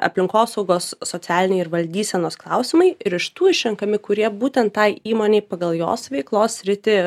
aplinkosaugos socialiniai ir valdysenos klausimai ir iš tų išrenkami kurie būtent tai įmonei pagal jos veiklos sritį